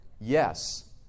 Yes